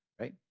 right